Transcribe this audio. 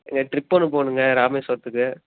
இங்கே டிரிப் ஒன்று போணுங்க ராமேஷ்வரத்துக்கு